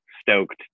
stoked